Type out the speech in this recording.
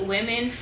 Women